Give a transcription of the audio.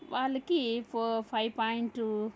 వాళ్ళకి four five point